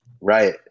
Right